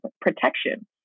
protection